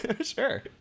Sure